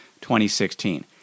2016